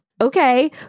okay